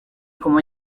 como